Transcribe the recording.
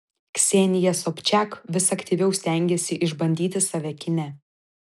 ksenija sobčak vis aktyviau stengiasi išbandyti save kine